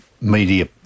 media